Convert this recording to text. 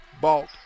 Balt